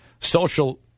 social